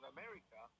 America